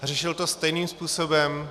Řešil to stejným způsobem.